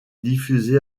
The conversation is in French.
diffusée